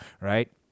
right